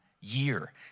year